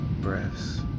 breaths